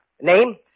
Name